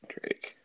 Drake